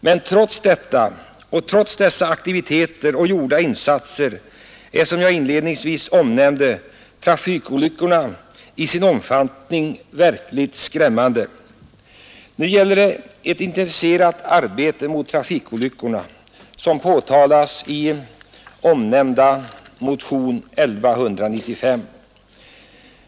Men trots dessa aktiviteter och gjorda insatser är, som jag inledningsvis omnämnde, trafikolyckorna i sin omfattning verkligt skrämmande. Nu gäller det ett intensifierat arbete mot trafikolyckorna som påtalas i omnämnda motion 1195.